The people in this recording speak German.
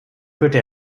führte